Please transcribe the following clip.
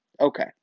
Okay